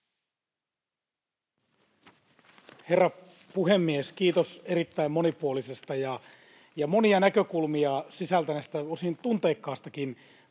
Herra puhemies! Kiitos erittäin monipuolisista ja monia näkökulmia sisältäneistä, osin tunteikkaistakin